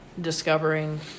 discovering